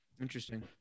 Interesting